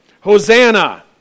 Hosanna